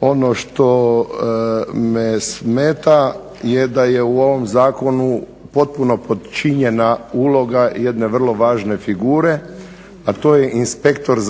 ono što me smeta je da je u ovom zakonu potpuno potčinjena uloga jedne vrlo važne figure, a to je inspektor